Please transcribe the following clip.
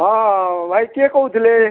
ହଁ ଭାଇ କିଏ କହୁଥିଲେ